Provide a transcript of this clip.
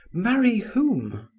marry whom?